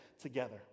together